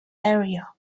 area